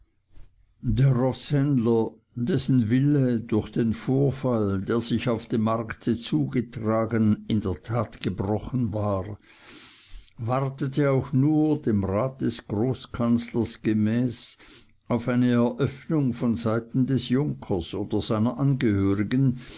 der roßhändler dessen wille durch den vorfall der sich auf dem markt zugetragen in der tat gebrochen war wartete auch nur dem rat des großkanzlers gemäß auf eine eröffnung von seiten des junkers oder seiner angehörigen